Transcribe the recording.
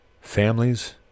families